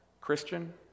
Christian